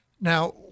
Now